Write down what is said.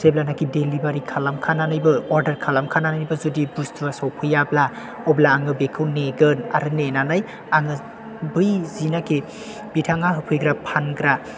जेब्लानोखि डेलिबारि खालामखानानैबो अर्डार खालामखानानैबो जुदि बुस्तुआ सौफैयाब्ला अब्ला आङो बेखौ नेगोन आरो नेनानै आङो बै जिनोखि बिथाङा होफैग्रा फानग्रा